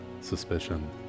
suspicion